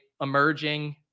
emerging